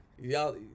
Y'all